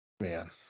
Man